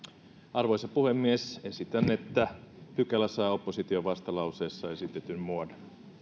arvoisa puhemies esitän että pykälä saa opposition vastalauseessa esitetyn muodon